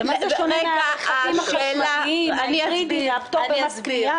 במה זה שונה מרכבים החשמליים מהיברידים זה אותו דבר.